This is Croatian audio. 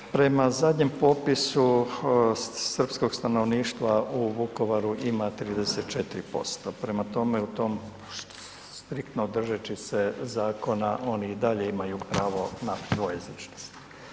Prema zadnjem popisu srpskog stanovništva u Vukovaru ima 34%, prema tome u tom striktno držeći se zakona oni i dalje imaju pravo na dvojezičnost.